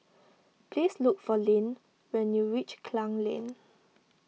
please look for Leeann when you reach Klang Lane